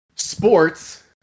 Sports